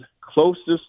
closest